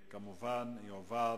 לתרום, ואני מברך את חבר